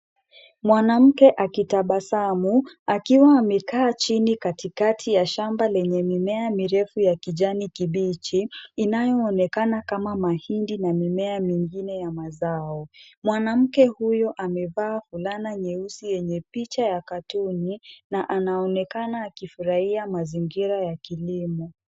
Mwanamke akitabasamu akiwa amekaa chini katikati ya shamba lenye mimea mirefu ya kijani kibichi inayoonekana kama mahindi na mimea mingine ya mazao. Mwanamke huyu amevaa fulana nyeusi yenye picha ya katuni na anaonekana akifurahia mazingira ya kilimo.